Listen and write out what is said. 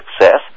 success